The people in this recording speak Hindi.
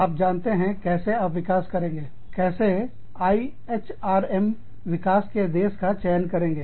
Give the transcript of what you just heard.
आप जानते हैं कैसे आप विकास करेंगे कैसे IHRM विकास के देश का चयन करेंगे